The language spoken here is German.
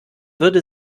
würde